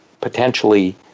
potentially